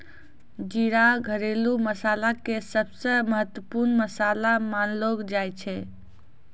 जीरा घरेलू मसाला के सबसॅ महत्वपूर्ण मसाला मानलो जाय छै